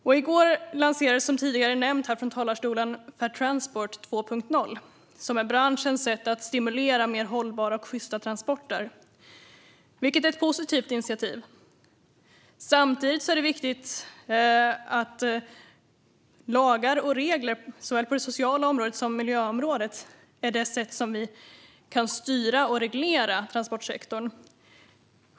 Som tidigare nämnts från talarstolen lanserades i går Fair Transport 2.0, som är branschens sätt att stimulera mer hållbara och sjysta transporter. Detta är ett positivt initiativ. Samtidigt är det viktigt att lagar och regler på såväl det sociala området som miljöområdet är det sätt som vi styr och reglerar transportsektorn.